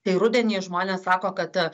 tai rudenį žmonės sako kad